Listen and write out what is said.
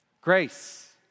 Grace